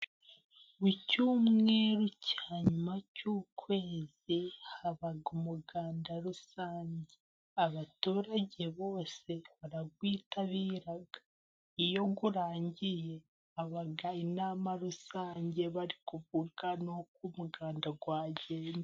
Buri cyumweru cya nyuma cy'ukwezi haba umuganda rusange abaturage bose, barawitabira iyo urangiye haba inama rusange bari kuvuga n'uko umuganda rwagenze.